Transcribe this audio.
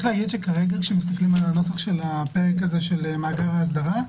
כרגע כאשר מסתכלים על הנוסח של פרק מאגר האסדרה,